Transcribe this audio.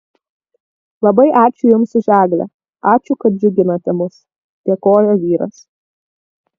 labai ačiū jums už eglę ačiū kad džiuginate mus dėkojo vyras